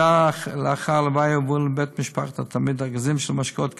שעה לאחר ההלוויה הובאו לבית משפחת התלמיד ארגזים של משקאות קלים,